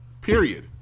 Period